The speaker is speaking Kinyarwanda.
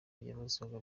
yabazwaga